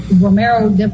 Romero